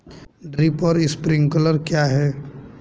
Drip और sprinkler क्या हैं?